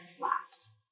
last